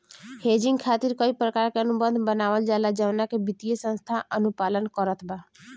hedging खातिर कई प्रकार के अनुबंध बनावल जाला जवना के वित्तीय संस्था अनुपालन करत बा